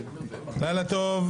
לילה טוב.